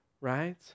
right